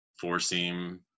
four-seam